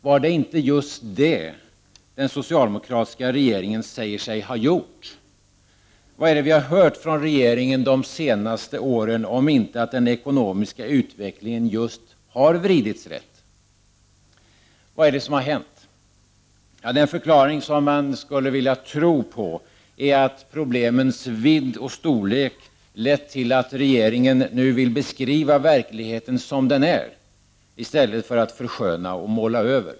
Var det inte just det den socialdemokratiska regeringen säger sig ha gjort? Vad är det vi hört från regeringen de senaste åren, om inte att den ekonomiska utvecklingen just har vridits rätt? Vad är det som har hänt? Den förklaring som man skulle vilja tro på är att problemens vidd och storlek lett till att regeringen nu vill beskriva verkligheten som den är, i stället för att försköna och måla över.